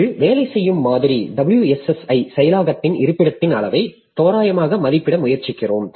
இது வேலை செய்யும் மாதிரி WSSi செயலாக்கத்தின் இருப்பிடத்தின் அளவை தோராயமாக மதிப்பிட முயற்சிக்கிறோம்